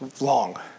Long